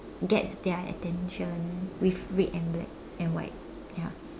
gets their attention with red and black and white ya